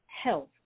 health